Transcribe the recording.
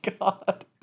God